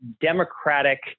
democratic